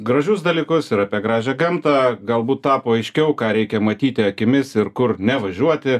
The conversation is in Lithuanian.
gražius dalykus ir apie gražią gamtą galbūt tapo aiškiau ką reikia matyti akimis ir kur nevažiuoti